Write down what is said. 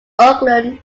auckland